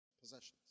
Possessions